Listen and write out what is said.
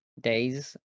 days